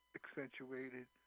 accentuated